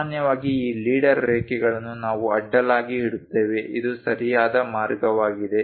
ಸಾಮಾನ್ಯವಾಗಿ ಈ ಲೀಡರ್ ರೇಖೆಗಳನ್ನು ನಾವು ಅಡ್ಡಲಾಗಿ ಇಡುತ್ತೇವೆ ಇದು ಸರಿಯಾದ ಮಾರ್ಗವಾಗಿದೆ